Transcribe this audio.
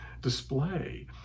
display